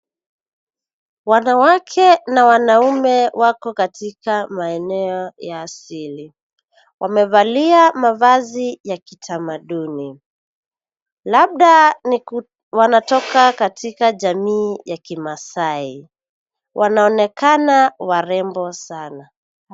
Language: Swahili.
Wanawake na wanaume wako katika maeneo ya asili. Wamevalia mavazi ya kitamaduni, labda wanatoka katika jamii ya Kimaasai. Wanaonekana warembo sana.